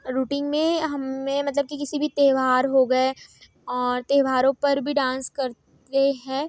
routine में हम मेरा मतलब कि किसी भी त्यौहार हो गए और त्यौहारों पर भी डांस करते हैं